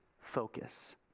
focus